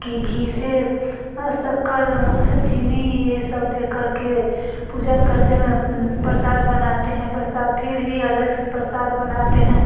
कि घी से शक्कर हँ चीनी ये सब दे कर के पूजन करते हुए प्रसाद बनाते हैं प्रसाद फिर ही अलग से प्रसाद बनाते हैं